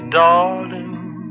darling